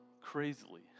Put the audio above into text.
crazily